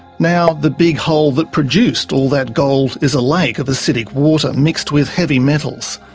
now the big hole that produced all that gold is a lake of acidic water mixed with heavy metals.